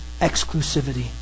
exclusivity